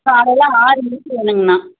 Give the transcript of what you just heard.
காலையில் ஆறுமணிக்கு வேணுங்கண்ணா